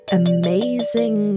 amazing